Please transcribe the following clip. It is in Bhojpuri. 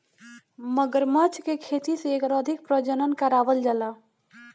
मगरमच्छ के खेती से एकर अधिक प्रजनन करावल जाला